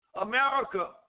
America